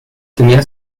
tenía